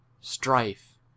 strife